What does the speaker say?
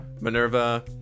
Minerva